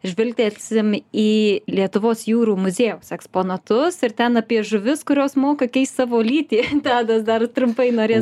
žviltelsim į lietuvos jūrų muziejaus eksponatus ir ten apie žuvis kurios moka keist savo lytį tadas dar trumpai norės